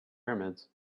pyramids